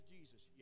Jesus